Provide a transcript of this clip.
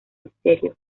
misterio